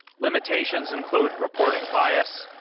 limitations include reporting bias,